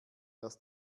dass